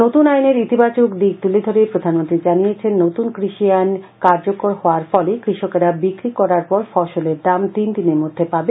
নতুন আইনের ইতিবাচক দিক তুলে ধরে প্রধানমন্ত্রী জানিয়েছেন নতুন কৃষি আইন কার্যকর হওয়ার ফলে কৃষকরা বিক্রি করার পর ফসলের দাম তিন দিনের মধ্যে পাবে